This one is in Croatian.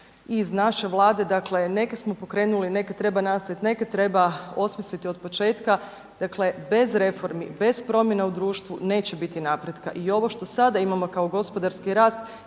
iz naše vlade, dakle neke smo pokrenuli, neke treba nastaviti, neke treba osmisliti od početka. Dakle, bez reformi, bez promjena u društvu neće biti napretka. I ovo što sada imamo kao gospodarski rast,